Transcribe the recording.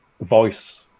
voice